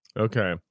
Okay